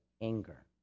anger